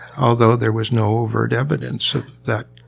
although there was no overt evidence of that.